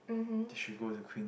mmhmm